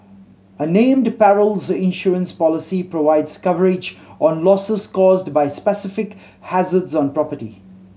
a named perils insurance policy provides coverage on losses caused by specific hazards on property